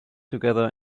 together